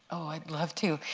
i'd love to.